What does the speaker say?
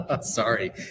Sorry